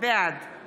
בעד